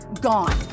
gone